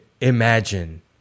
imagine